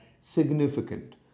significant